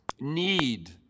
need